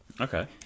Okay